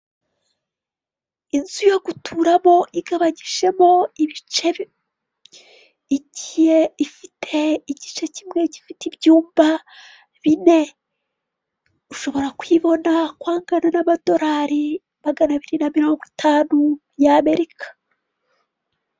Inzu yo guturamo igabanyijemo ibice, igiye ifite igice kimwe gifite ibyumba bine, ushobora kuyibona kwayangana n'amadorari maganabiri na mirongo itanu y'Amerika.